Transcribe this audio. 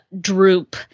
droop